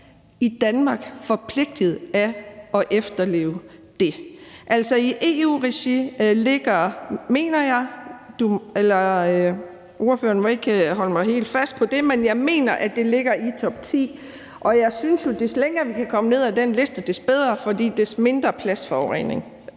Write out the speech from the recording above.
i Danmark forpligtede til at efterleve det. Altså, det ligger i EU-regi, mener jeg, og ordføreren må ikke holde mig helt fast på det, i topti på listen, og jeg synes jo, at des længere vi kan komme ned af den liste, des bedre. For des mindre plastforurening